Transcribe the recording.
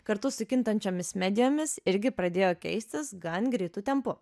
kartu su kintančiomis medijomis irgi pradėjo keistis gan greitu tempu